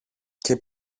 και